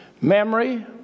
memory